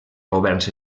governs